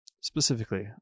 Specifically